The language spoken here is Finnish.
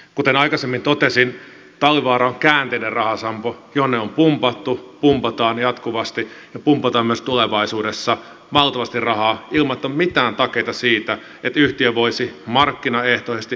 kuten aikaisemmin totesin talvivaara on käänteinen rahasampo jonne on pumpattu pumpataan jatkuvasti ja pumpataan myös tulevaisuudessa valtavasti rahaa ilman että on mitään takeita siitä että yhtiö voisi markkinaehtoisesti tuottaa voittoa